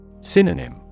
Synonym